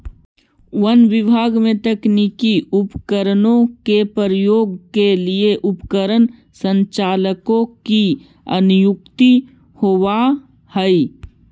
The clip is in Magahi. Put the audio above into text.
वन विभाग में तकनीकी उपकरणों के प्रयोग के लिए उपकरण संचालकों की नियुक्ति होवअ हई